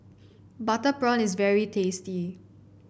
Butter Prawn is very tasty